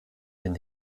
den